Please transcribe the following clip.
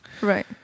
Right